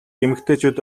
эмэгтэйчүүд